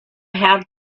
have